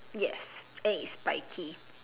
yes a spiky